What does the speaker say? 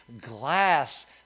glass